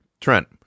Trent